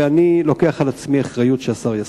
ואני לוקח על עצמי אחריות שהשר יסכים,